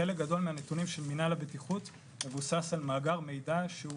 חלק גדול מהנתונים של מנהל הבטיחות מבוסס על מאגר מידע שהוא